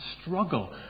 struggle